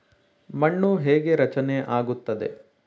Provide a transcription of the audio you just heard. ಮಣ್ಣು ಹೇಗೆ ರಚನೆ ಆಗುತ್ತದೆ?